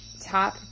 top